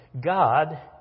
God